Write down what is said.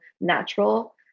natural